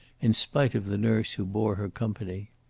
in spite of the nurse who bore her company.